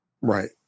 Right